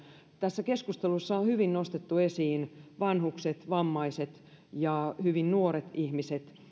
tässä keskustelussa on hyvin nostettu esiin vanhukset vammaiset ja hyvin nuoret ihmiset